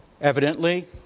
Evidently